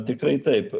tikrai taip